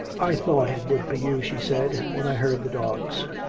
i thought it would be you, she said, when i heard the dogs.